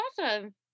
awesome